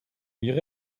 ihre